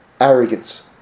arrogance